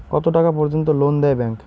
কত টাকা পর্যন্ত লোন দেয় ব্যাংক?